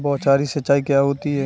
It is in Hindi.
बौछारी सिंचाई क्या होती है?